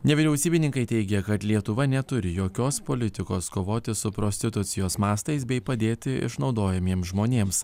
nevyriausybininkai teigia kad lietuva neturi jokios politikos kovoti su prostitucijos mastais bei padėti išnaudojamiems žmonėms